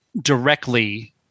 directly